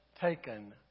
taken